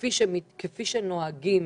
שכפי שנוהגים